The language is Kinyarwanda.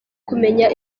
kumenya